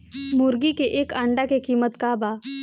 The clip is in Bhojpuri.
मुर्गी के एक अंडा के कीमत का बा?